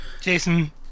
jason